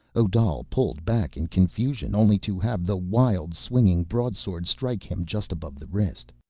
odal pulled back in confusion, only to have the wild-swinging broadsword strike him just above the wrist.